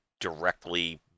directly